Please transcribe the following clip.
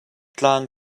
tlang